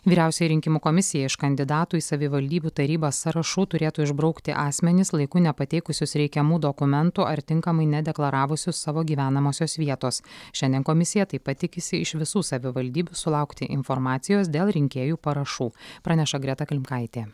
vyriausioji rinkimų komisija iš kandidatų į savivaldybių tarybas sąrašų turėtų išbraukti asmenis laiku nepateikusius reikiamų dokumentų ar tinkamai nedeklaravusių savo gyvenamosios vietos šiandien komisija taip pat tikisi iš visų savivaldybių sulaukti informacijos dėl rinkėjų parašų praneša greta klimkaitė